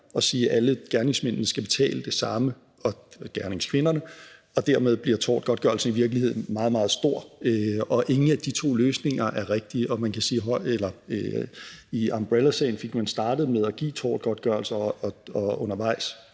og gerningskvinderne skal betale det samme, og dermed bliver tortgodtgørelsen i virkeligheden meget, meget stor. Ingen af de to løsninger er den rigtige. I umbrellasagen fik man startet med at give en tortgodtgørelse, og undervejs